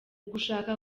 gushaka